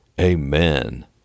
amen